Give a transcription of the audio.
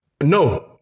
No